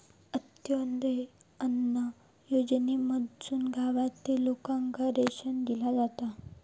अंत्योदय अन्न योजनेमधसून गावातील लोकांना रेशन दिला जाता